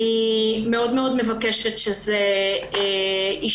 אני מבקשת מאוד שזה יישאר.